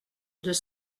deux